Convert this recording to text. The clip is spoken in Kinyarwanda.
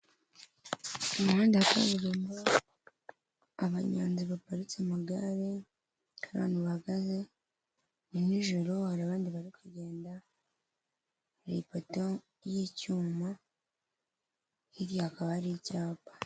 Umuhanda wa kaburimbo, abanyonzi baparitse amagare, abantu bahagaze ni nijoro hari abandi bari kugenda, hari ipoto y'icyuma, hirya hakaba hari icyapa.